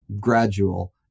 gradual